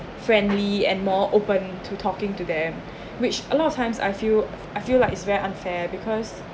friendly and more open to talking to them which a lot of times I feel I feel like it's very unfair because